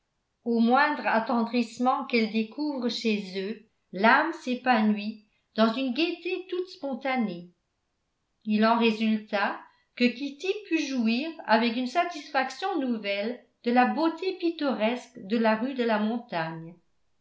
au moindre attendrissement qu'elle découvre chez eux l'âme s'épanouit dans une gaieté toute spontanée il en résulta que kitty put jouir avec une satisfaction nouvelle de la beauté pittoresque de la rue de la montagne